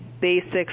basic